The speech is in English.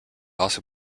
also